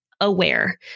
aware